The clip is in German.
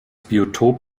biotop